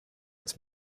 its